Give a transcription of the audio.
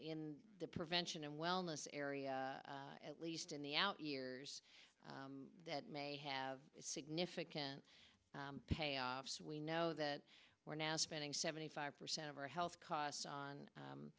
in the prevention and wellness area at least in the out years that may have significant payoffs we know that we're now spending seventy five percent of our health costs on